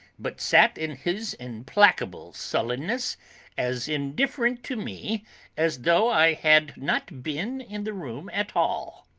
but sat in his implacable sullenness as indifferent to me as though i had not been in the room at all.